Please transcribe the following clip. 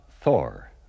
Thor